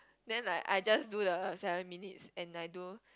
then like I just do the seven minutes and I do